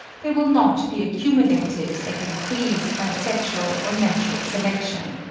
they will not be accumulated and increased by sexual or natural selection.